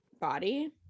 body